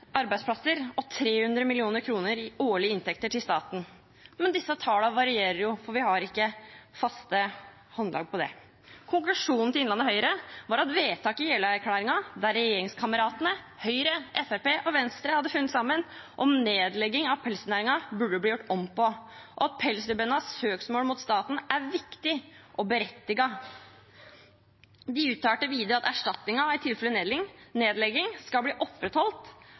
arbeidsplasser og 300 mill. kr i årlige inntekter til staten. Men disse tallene varierer, for vi har ikke noe håndfast på det. Konklusjonen til Innlandet Høyre var at vedtaket i Jeløya-erklæringen, der regjeringskameratene Høyre, Fremskrittspartiet og Venstre hadde funnet sammen, om nedlegging av pelsdyrnæringen burde bli omgjort, og at pelsdyrnæringens søksmål mot staten er viktig og berettiget. De uttalte videre at «erstatningen, i tilfelle nedleggingen blir opprettholdt,